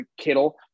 Kittle